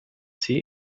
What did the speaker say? sie